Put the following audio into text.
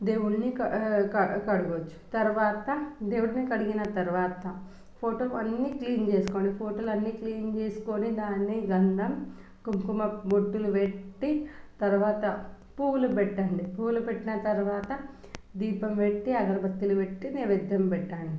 దేవుణ్ణి క కడగవచ్చు తర్వాత దేవుణ్ణి కడిగిన తర్వాత ఫోటోలు అన్నీ క్లీన్ చేసుకోండి ఫోటోలు అన్నీ క్లీన్ చేసుకుని దాన్ని గంధం కుంకుమ బొట్టులు పెట్టి తర్వాత పూలు పెట్టండి పూలు పెట్టిన తర్వాత దీపం పెట్టి అగరుబత్తులు పెట్టి నైవేద్యం పెట్టండి